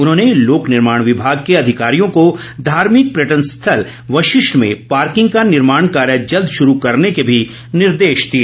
उन्होंने लोक निर्माण विभाग के अधिकारियों को धार्मिक पर्यटन स्थल वशिष्ठ में पार्किंग को निर्माण कार्य जल्द शुरू करने के भी निर्देश दिए